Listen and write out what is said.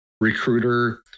recruiter